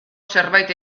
zerbait